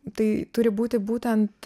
tai turi būti būtent